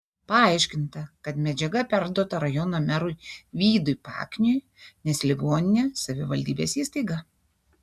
paaiškinta kad medžiaga perduota rajono merui vydui pakniui nes ligoninė savivaldybės įstaiga